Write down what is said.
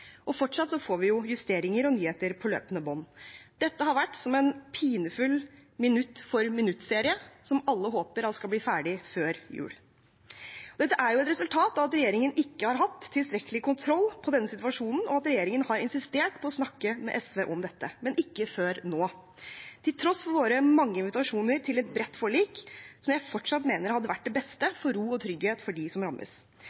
får vi jo justeringer og nyheter på løpende bånd. Dette har vært som en pinefull minutt-for-minutt-serie som alle håper skal bli ferdig før jul. Dette er et resultat av at regjeringen ikke har hatt tilstrekkelig kontroll på denne situasjonen, og at regjeringen har insistert på å snakke med SV om dette, men ikke før nå, til tross for våre mange invitasjoner til et bredt forlik, som jeg fortsatt mener hadde vært det beste for ro og trygghet for dem som rammes.